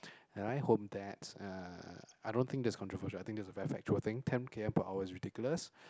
and I hope that uh I don't think this is controversial I think this is a very factual thing ten K_M per hour is ridiculous